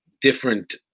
different